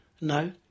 No